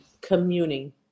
communing